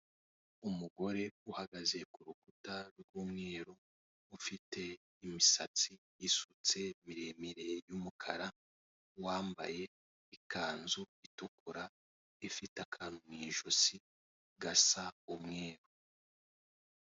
Umugore uhagaze ku rukuta rw'umweru ufite imisatsi isutse miremire y'umukara wambaye ikanzu itukura ifite akantu mu ijosi gasa umweru.